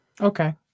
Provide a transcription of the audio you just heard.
Okay